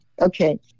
Okay